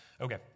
Okay